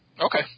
Okay